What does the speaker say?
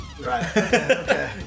Right